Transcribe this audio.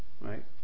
right